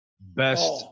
best